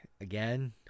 again